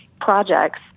projects